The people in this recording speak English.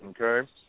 okay